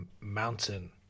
Mountain